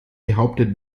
behauptet